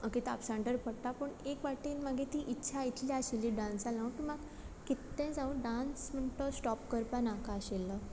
okay तापसाण तर पडटा पूण एक वाटेन म्हगे ती इत्छा इतली आशिल्ली डांसा लागून की म्हाका कित्तें जाव डांस म्हूण तो स्टॉप करपा नाका आशिल्लो